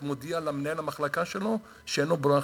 מודיע למנהל המחלקה שלו שאין לו ברירה,